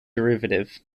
derivative